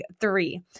three